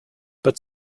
but